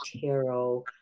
tarot